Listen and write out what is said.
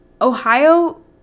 ohio